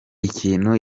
ikintu